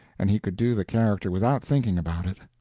and he could do the character without thinking about it,